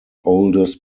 oldest